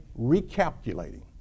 recalculating